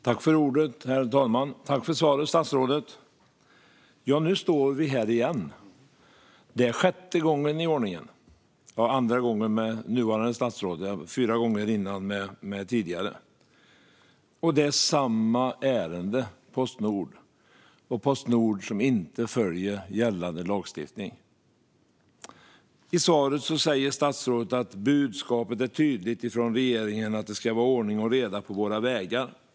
Herr talman! Tack, statsrådet, för svaret! Nu står vi här igen. Det är sjätte gången i ordningen och andra gången med nuvarande statsråd; det var fyra gånger innan dess med det tidigare statsrådet. Det är samma ärende: Postnord och att Postnord inte följer gällande lagstiftning. I svaret sa statsrådet att budskapet är tydligt från regeringen: Det ska vara ordning och reda på våra vägar.